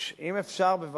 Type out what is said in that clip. אם אפשר, בבקשה,